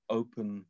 open